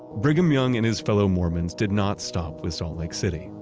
brigham young and his fellow mormons did not stop with salt lake city.